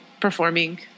performing